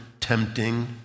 tempting